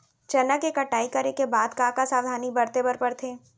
चना के कटाई करे के बाद का का सावधानी बरते बर परथे?